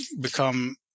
become